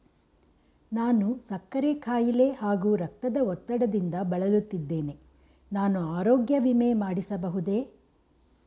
ನಾನು ಸಕ್ಕರೆ ಖಾಯಿಲೆ ಹಾಗೂ ರಕ್ತದ ಒತ್ತಡದಿಂದ ಬಳಲುತ್ತಿದ್ದೇನೆ ನಾನು ಆರೋಗ್ಯ ವಿಮೆ ಮಾಡಿಸಬಹುದೇ?